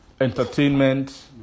entertainment